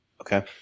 Okay